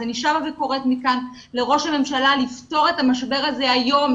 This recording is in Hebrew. אני שבה וקוראת כאן לראש הממשלה לפתור את המשבר הזה היום,